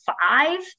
five